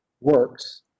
works